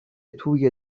توی